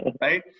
Right